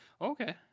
Okay